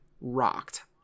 rocked